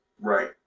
Right